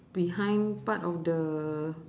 behind part of the